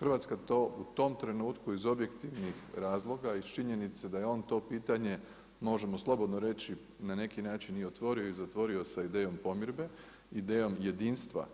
Hrvatska to u tom trenutku iz objektivnih razloga i iz činjenice da je on to pitanje možemo slobodno reći na neki način otvorio i zatvorio sa idejom pomirbe, idejom jedinstva